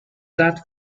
that